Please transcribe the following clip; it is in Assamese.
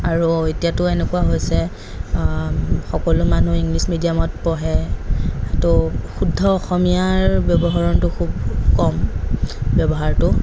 আৰু এতিয়াটো এনেকুৱা হৈছে সকলো মানুহ ইংলিছ মিডিয়ামত পঢ়ে তৌ শুদ্ধ অসমীয়াৰ ব্য়ৱহৰণটো খুব কম ব্য়ৱহাৰটো